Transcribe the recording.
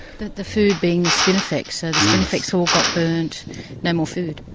the the food being the spinifex, so the spinifex all got burnt no more food.